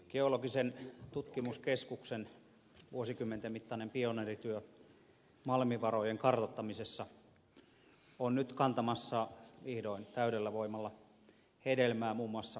geologian tutkimuskeskuksen vuosikymmenten mittainen pioneerityö malmivarojen kartoittamisessa on nyt kantamassa vihdoin täydellä voimalla hedelmää muun muassa meillä lapissa